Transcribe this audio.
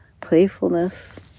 playfulness